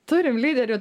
turim lyderių